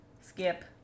skip